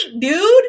dude